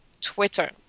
Twitter